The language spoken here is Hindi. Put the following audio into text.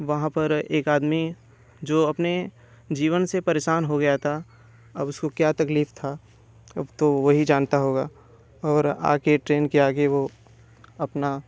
वहाँ पर एक आदमी जो अपने जीवन से परेशान हो गया था अब उसको क्या तकलीफ़ थी अब तो वही जानता होगा और आ के ट्रेन के आगे वो अपना